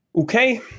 Okay